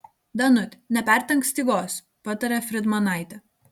danut nepertempk stygos patarė fridmanaitė